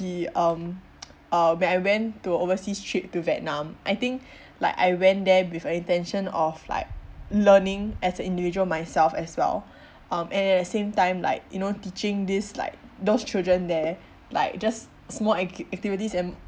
the um uh when I went to overseas trip to vietnam I think like I went there with a intention of like learning as a individual myself as well um and at the same time like you know teaching this like those children there like just small act activities and